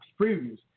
previews